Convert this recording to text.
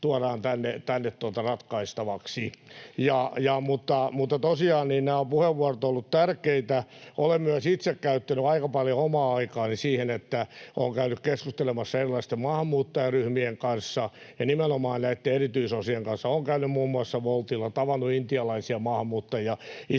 tuodaan tänne ratkaistavaksi. Tosiaan nämä puheenvuorot ovat olleet tärkeitä. Olen myös itse käyttänyt aika paljon omaa aikaani siihen, että olen käynyt keskustelemassa erilaisten maahanmuuttajaryhmien kanssa ja nimenomaan näitten erityisosaajien kanssa. Olen käynyt muun muassa Woltilla, tavannut intialaisia maahanmuuttajia